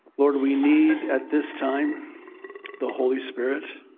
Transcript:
lord, we need at this time the holy spirit